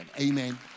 Amen